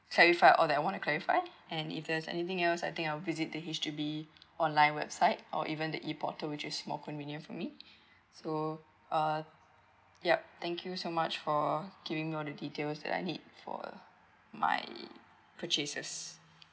clarify all that I want to clarify and if there's anything else I think I'll visit the H_D_B online website or even the e portal which is more convenient for me so uh yup thank you so much for giving all the details that I need for my purchases